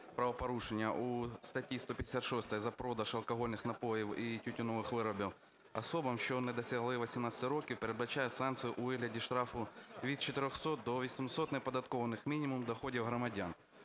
правопорушення у статті 156 за продаж алкогольних напоїв і тютюнових виробів особам, що не досягли 18 років, передбачає санкцію у вигляді штрафу від 400 до 800 неоподатковуваних мінімумів доходів громадян.